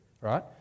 right